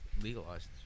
legalized